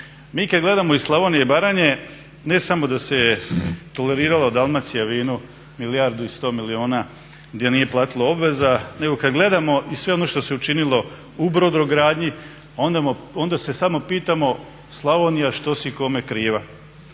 Mi kad gledamo iz Slavonije i Baranje ne samo da se je tolerirala Dalmacija vino milijardu i sto milijuna gdje nije platilo obaveza, nego kad gledamo i sve ono što se učinilo u brodogradnji onda se smo pitamo Slavonija što si kome kriva.